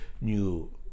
new